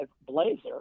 Blazer